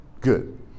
Good